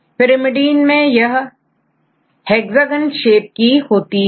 pyrimidine मैं hexagon shape होती है